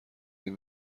این